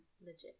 legit